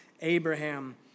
Abraham